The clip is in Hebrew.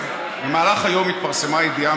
במהלך היום התפרסמה ידיעה